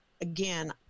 again